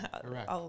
correct